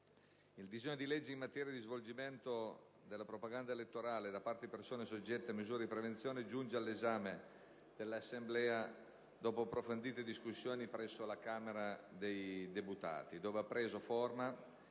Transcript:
il disegno di legge in materia di svolgimento della propaganda elettorale da parte di persone soggette a misure di prevenzione giunge all'esame dell'Assemblea dopo approfondite discussioni presso la Camera dei deputati, dove ha preso forma